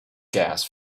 gas